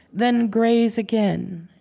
then graze again.